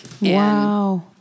Wow